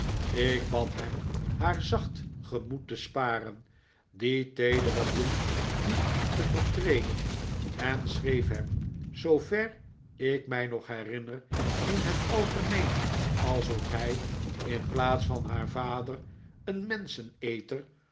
ik bad hem haar zacht gemoed te sparen die teedere bloem niet te vertreden en schreef hem zoover ik mij nog herinner in het algemeen alsof hij in plaats van haar vader